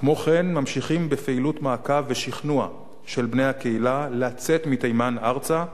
כמו כן ממשיכים בפעילות מעקב ושכנוע של בני הקהילה לצאת מתימן ארצה,